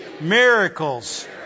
miracles